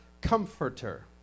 comforter